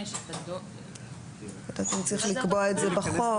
שתדון --- לא יודעת אם צריך לקבוע את זה בחוק.